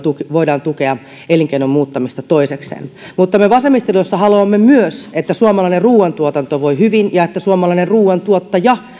voidaan tukea elinkeinon muuttamista toiseksi mutta me vasemmistoliitossa haluamme myös että suomalainen ruuantuotanto voi hyvin ja että suomalainen ruuantuottaja